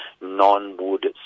non-wood